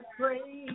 pray